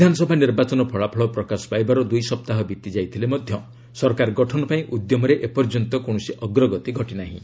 ବିଧାନସଭା ନିର୍ବାଚନ ଫଳାଫଳ ପ୍ରକାଶ ପାଇବାର ଦୂଇସପ୍ତାହ ବିତିଯାଇଥିଲେ ମଧ୍ୟ ସରକାର ଗଠନ ପାଇଁ ଉଦ୍ୟମରେ ଏପର୍ଯ୍ୟନ୍ତ କୌଣସି ଅଗ୍ରଗତି ଘଟିନାହିଁ